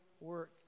work